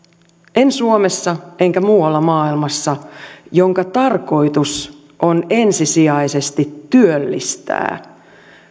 en suomessa enkä muualla maailmassa jonka tarkoitus on ensisijaisesti työllistää